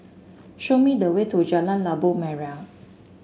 show me the way to Jalan Labu Merah